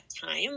time